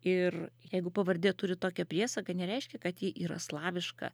ir jeigu pavardė turi tokią priesagą nereiškia kad ji yra slaviška